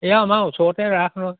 এই আমাৰ ওচৰতে ৰাস নহয়